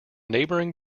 neighboring